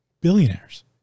billionaires